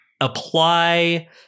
apply